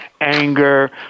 anger